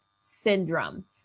syndrome